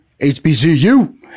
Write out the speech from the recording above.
HBCU